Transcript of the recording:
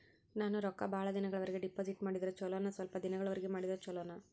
ನಾನು ರೊಕ್ಕ ಬಹಳ ದಿನಗಳವರೆಗೆ ಡಿಪಾಜಿಟ್ ಮಾಡಿದ್ರ ಚೊಲೋನ ಸ್ವಲ್ಪ ದಿನಗಳವರೆಗೆ ಮಾಡಿದ್ರಾ ಚೊಲೋನ?